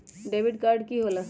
Debit card की होला?